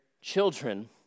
children